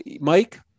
Mike